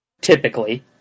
typically